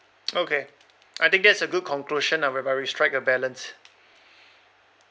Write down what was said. okay I think that's a good conclusion ah whereby we strike a balance